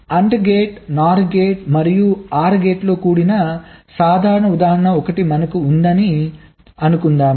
AND gate NOR gate మరియు OR గేట్లతో కూడిన సాధారణ ఉదాహరణ మనకు ఉందని అనుకుందాం